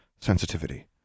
sensitivity